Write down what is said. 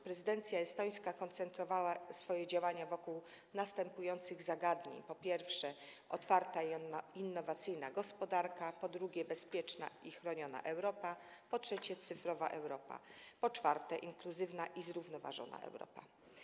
Prezydencja estońska koncentrowała swoje działania wokół następujących zagadnień: po pierwsze, otwarta i innowacyjna gospodarka, po drugie, bezpieczna i chroniona Europa, po trzecie, cyfrowa Europa, po czwarte, inkluzywna i zrównoważona Europa.